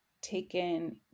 taken